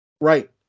Right